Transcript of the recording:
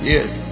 Yes